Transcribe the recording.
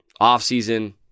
offseason